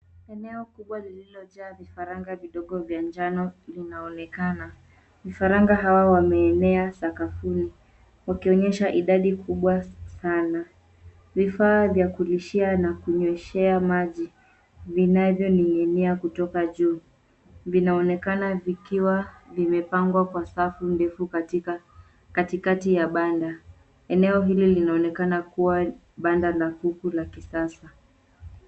Eneo kubwa lilojaa vifaranga vidogo vya njano vinaonekana. Vifaranga hawa wameenea sakafuni wakionyesha idadi kubwa sana. Vifaa vya kulishia na kunyweshea maji vinavyoning'inia kutoka juu vinaonekana vikiwa vimepangwa kwa safu ndefu katika katikati ya banda. Eneo hili linaonekana kuwa banda la kuku la kisasa.